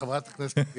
חברת הכנסת,